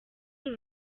uru